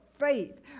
faith